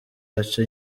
aca